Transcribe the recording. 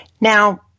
Now